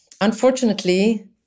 unfortunately